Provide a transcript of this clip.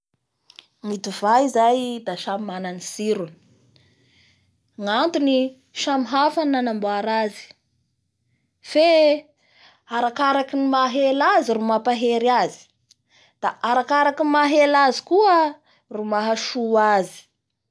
Ny divay zay da samy mana ny tsirony gnatony samy hafa ny ananamboara azy fe arakarakin'ny maha ela azy ro mampahery azy da arakaraky ny maha ela azy koa ro maha soa azy.